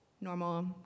normal